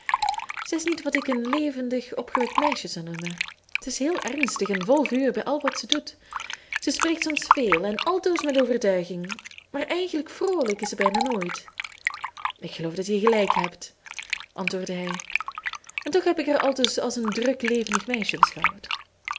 zij is niet wat ik een levendig opgewekt meisje zou noemen ze is heel ernstig en vol vuur bij al wat ze doet ze spreekt soms veel en altoos met overtuiging maar eigenlijk vroolijk is ze bijna nooit ik geloof dat je gelijk hebt antwoordde hij en toch heb ik haar altoos als een druk levendig meisje beschouwd